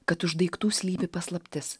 kad už daiktų slypi paslaptis